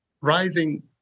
rising